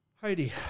Heidi